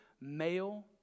male